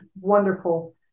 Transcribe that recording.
wonderful